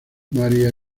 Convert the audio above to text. maria